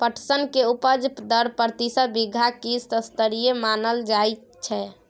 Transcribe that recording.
पटसन के उपज दर प्रति बीघा की स्तरीय मानल जायत छै?